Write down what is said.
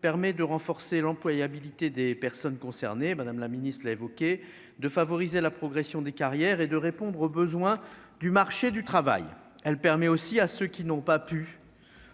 permet de renforcer l'employabilité des personnes concernées, Madame la Ministre a évoqué de favoriser la progression des carrières et de répondre aux besoins du marché du travail, elle permet aussi à ceux qui n'ont pas pu